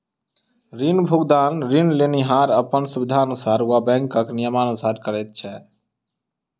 ऋण भुगतान ऋण लेनिहार अपन सुबिधानुसार वा बैंकक नियमानुसार करैत छै